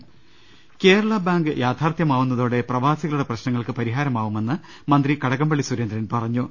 രുട്ടിട്ട്ട്ട്ട്ട്ട്ട കേരള ബാങ്ക് യാഥാർത്ഥ്യമാവുന്നതോടെ പ്രവാസികളുടെ പ്രശ്ന ങ്ങൾക്ക് പരിഹാരമാവുമെന്ന് മന്ത്രി കടകംപള്ളി സുരേന്ദ്രൻ പറഞ്ഞു